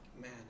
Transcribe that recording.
man